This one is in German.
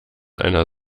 einer